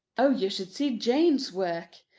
oh, you should see jane's work.